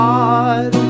God